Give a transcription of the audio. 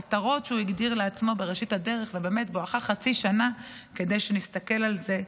מטרות שהוא הגדיר לעצמו בראשית הדרך ובואכה חצי שנה כדי שנתסכל על זה,